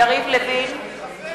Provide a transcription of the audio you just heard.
(קוראת בשמות חברי הכנסת) יריב לוין, נגד